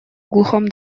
глухом